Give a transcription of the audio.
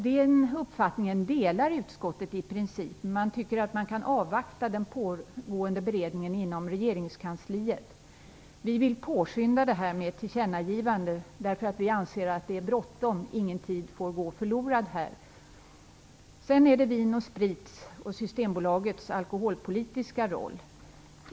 Den uppfattningen delar utskottet i princip, men man tycker att man kan avvakta den pågående beredningen inom regeringskansliet. Vi vill påskynda arbetet med ett tillkännagivande, eftersom vi anser att det är bråttom. Ingen tid får gå förlorad. Sedan över till frågan om Vin & Sprit AB:s och Systembolagets alkoholpolitiska roll.